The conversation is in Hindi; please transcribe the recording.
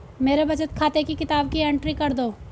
मेरे बचत खाते की किताब की एंट्री कर दो?